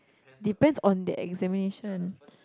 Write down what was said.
depends on the examination